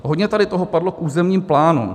Hodně tady toho padlo k územním plánům.